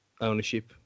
ownership